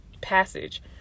passage